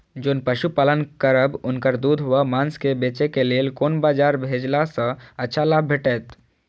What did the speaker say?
जोन पशु पालन करब उनकर दूध व माँस के बेचे के लेल कोन बाजार भेजला सँ अच्छा लाभ भेटैत?